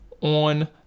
on